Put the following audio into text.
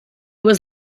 was